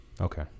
Okay